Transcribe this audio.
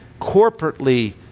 corporately